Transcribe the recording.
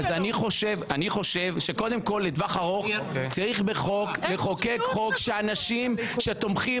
אז אני חושב שבטווח הארוך צריך לחוקק חוק שאנשים שתומכים